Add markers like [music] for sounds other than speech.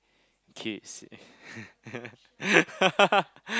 kids [laughs]